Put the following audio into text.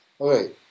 okay